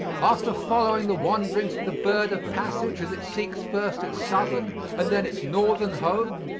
after following the wanderings of the bird of passage as it seeks first its southern and then its northern home,